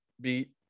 beat